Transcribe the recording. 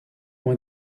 ont